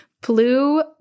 blue